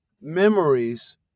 memories